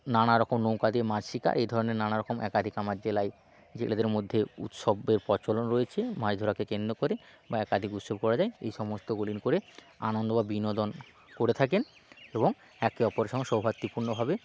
নানা রকম নৌকা দিয়ে মাছ শিকার এই ধরনের নানা রকম একাধিক আমার জেলায় জেলেদের মধ্যে উৎসবের প্রচলন রয়েছে মাজ ধরাকে কেন্দ করে বা একাধিক উস্যব করা যায় এই সমস্ত গুলি করে আনন্দ বা বিনোদন করে থাকেন একে অপরের সঙ্গে সৌহার্দপূর্ণভাবে